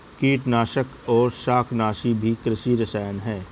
कीटनाशक और शाकनाशी भी कृषि रसायन हैं